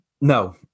no